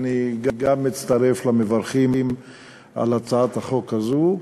גם אני מצטרף למברכים על הצעת החוק הזאת.